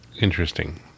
Interesting